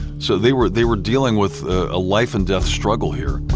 so they were they were dealing with a life and death struggle here